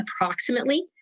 approximately